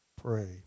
Pray